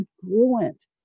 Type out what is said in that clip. congruent